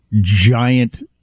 giant